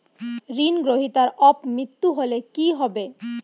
ঋণ গ্রহীতার অপ মৃত্যু হলে কি হবে?